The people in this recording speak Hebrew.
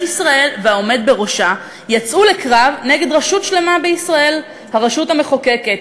ישראל והעומד בראשה יצאו לקרב נגד רשות שלמה בישראל: הרשות המחוקקת.